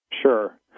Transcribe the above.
Sure